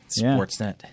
Sportsnet